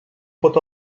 pot